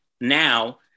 now